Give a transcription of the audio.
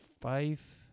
five